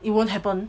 it won't happen